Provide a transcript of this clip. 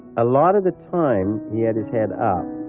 a lot of the time he had his head up,